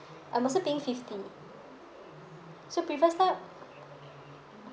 I'm also paying fifty so previous Starhub